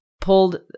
pulled